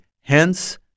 Hence